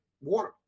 water